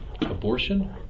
abortion